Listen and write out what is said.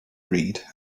read